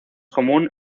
común